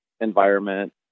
environment